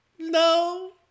No